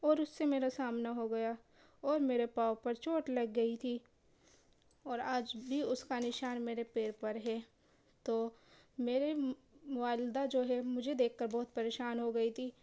اور اس سے میرا سامنا ہو گیا اور میرے پاؤں پر چوٹ لگ گئی تھی اور آج بھی اس کا نشان میرے پیر پر ہے تو میرے والدہ جو ہے مجھے دیکھ کر بہت پریشان ہو گئی تھی